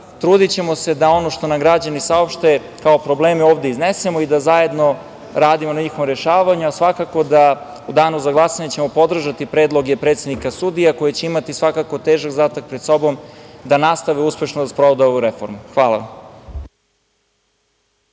Trudićemo se da ono što nam građani saopšte kao probleme ovde iznesemo da zajedno radimo na njihovom rešavanju. U danu za glasanje ćemo podržati predloge predsednika sudija koje će imati svakako težak zadatak pred sobom, da nastave uspešno da sprovode ovu reformu. Hvala.